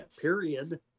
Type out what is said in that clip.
period